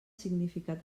significat